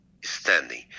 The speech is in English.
standing